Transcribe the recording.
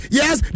yes